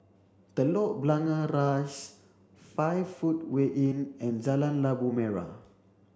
Telok Blangah Rise five footway Inn and Jalan Labu Merah